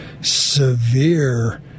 severe